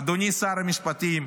אדוני שר המשפטים,